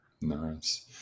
Nice